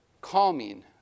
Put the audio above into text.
calming